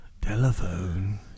Telephone